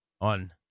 on